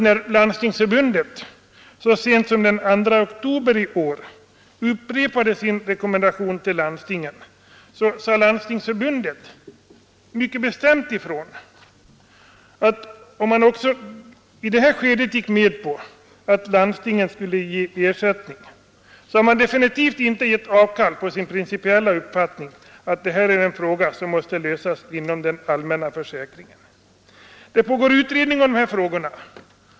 När Landstingsförbundet så sent som den 2 oktober 1972 upprepade sin rekommendation till landstingen att utge ersättning sade Landstingsförbundet mycket bestämt ifrån, att om man i detta skede ginge med på att landstingen skulle ge ersättning, hade man ändå inte givit avkall på sin principiella uppfattning att denna fråga måste lösas inom den allmänna försäkringens ram. Det pågår utredning i de här frågorna.